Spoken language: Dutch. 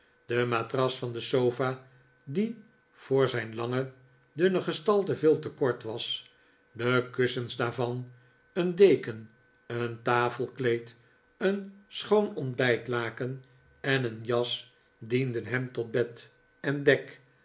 de matras van de sofa die voor ziin lange dunne pestalte veel te kort was de kussens daarvan een deken een tafelkleed een schoon ontbijtlaken en een jas dienden hem tot bed en dek